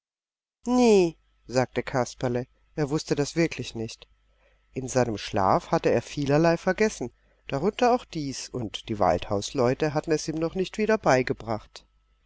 nä sagte kasperle er wußte das wirklich nicht in seinem schlaf hatte er vielerlei vergessen darunter auch dies und die waldhausleute hatten es ihm noch nicht wieder beigebracht